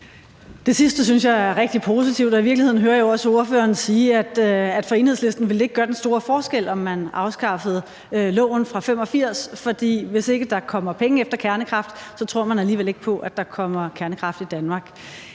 Det sidste synes jeg er rigtig positivt. Og i virkeligheden hører jeg jo også ordføreren sige, at for Enhedslisten ville det ikke gøre den store forskel, om man afskaffede loven fra 1985, for hvis ikke der kommer penge efter kernekraft, tror man alligevel ikke på, at der kommer kernekraft i Danmark.